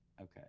okay